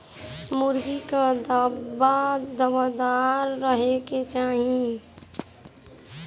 मुर्गी कअ दड़बा हवादार रहे के चाही